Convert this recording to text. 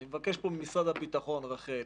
אני מבקש פה ממשרד הביטחון, רח"ל,